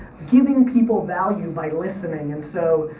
giving people value by listening. and so